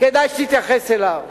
שכדאי שתתייחס אליו: